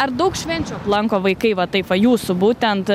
ar daug švenčių aplanko vaikai va taip va jūsų būtent